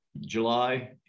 july